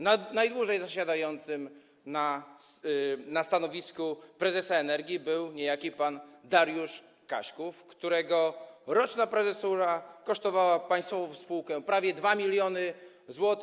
Najdłużej zasiadającym na stanowisku prezesa firmy Energa był niejaki pan Dariusz Kaśków, którego roczna prezesura kosztowała państwową spółkę prawie 2 mln zł.